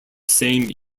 same